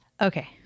okay